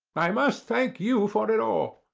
i must thank you for it all.